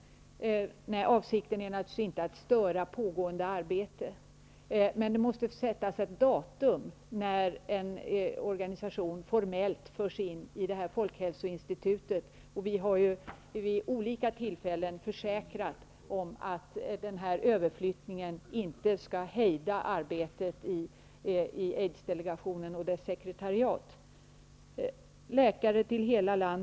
Avsikten är naturligtvis inte att störa pågående arbete i Aids-delegationen. Men det måste sättas upp ett datum för när en organisation formellt förs in i folkhälsoinstitutet. Vi har vid olika tillfällen försäkrat oss om att denna överflyttning inte skall hejda arbetet i Aids-delegationen och dess sekretariat.